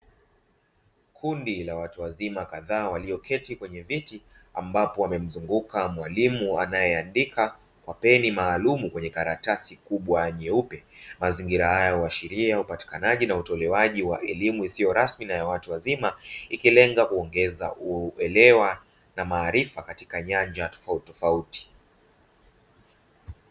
Kundi la watu wazima kadhaa waliyoketi kwenye viti ambapo wamemzunguka mwalimu, anayeandika kwa peni maalumu kwenye karatasi kubwa nyeupe, mazingira hayo huashiria upatikanaji na utolewaji wa elimu isiyo rasmi na ya watu wazima ikilenga kuongeza uelewa na maarifa katika nyanja tofautitofauti.